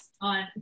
on